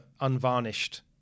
unvarnished